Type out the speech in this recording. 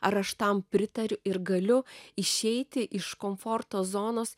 ar aš tam pritariu ir galiu išeiti iš komforto zonos